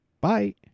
Bye